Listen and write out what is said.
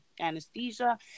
anesthesia